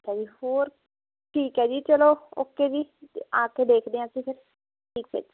ਅੱਛਾ ਜੀ ਹੋਰ ਠੀਕ ਹੈ ਜੀ ਚੱਲੋ ਓਕੇ ਜੀ ਤੇ ਆ ਕੇ ਦੇਖਦੇ ਹਾਂ ਅਸੀਂ ਫਿਰ ਠੀਕ ਆ ਜੀ